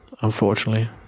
unfortunately